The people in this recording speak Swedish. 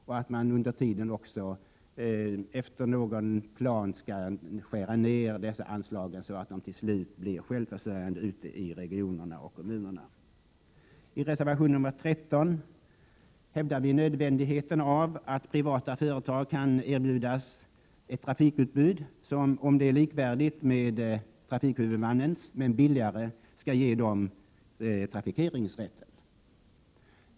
Vi tycker också att dessa anslag under tiden skall skäras ned efter viss plan, så att man till slut blir självförsörjande ute i regionerna och kommunerna. I reservation 13 hävdar vi nödvändigheten av att privata företag skall kunna erbjudas ett trafikutbud som, om det är likvärdigt med trafikhuvudmannens men billigare, skall ge dem trafikeringsrätten.